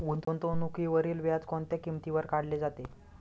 गुंतवणुकीवरील व्याज कोणत्या किमतीवर काढले जाते?